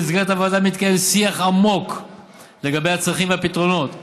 במסגרת הוועדה מתקיים שיח עמוק לגבי הצרכים והפתרונות המוצעים,